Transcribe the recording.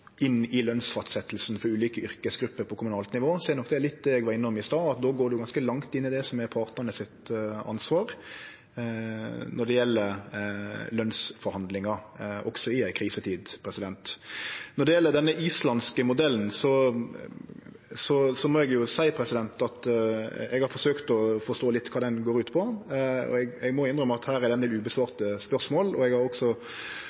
inn i lønsfastsetjinga for ulike yrkesgrupper på kommunalt nivå, er det litt som det eg var innom i stad, at då går ein ganske langt inn i det som er ansvaret til partane når det gjeld lønsforhandlingar, også i ei krisetid. Når det gjeld den islandske modellen, har eg forsøkt å forstå litt kva han går ut på, og eg må innrømme at det er ein del spørsmål som ikkje er svara på. Eg har også